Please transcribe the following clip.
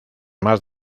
más